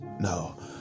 No